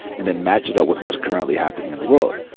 and then match it up with what's currently happening in the world.